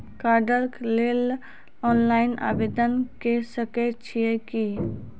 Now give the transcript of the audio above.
कार्डक लेल ऑनलाइन आवेदन के सकै छियै की?